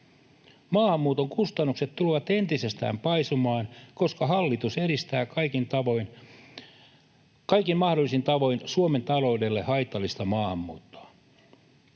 Maahanmuuton kustannukset tulevat entisestään paisumaan, koska hallitus edistää kaikin mahdollisin tavoin Suomen taloudelle haitallista maahanmuuttoa.